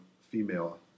female